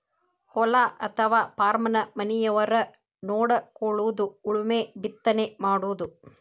ಹೊಲಾ ಅಥವಾ ಪಾರ್ಮನ ಮನಿಯವರ ನೊಡಕೊಳುದು ಉಳುಮೆ ಬಿತ್ತನೆ ಮಾಡುದು